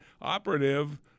operative